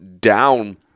down